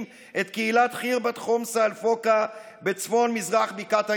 את קהילת חרבת חומסה אל-פוקא בצפון מזרח בקעת הירדן.